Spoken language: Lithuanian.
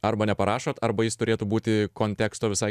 arba neparašot arba jis turėtų būti konteksto visai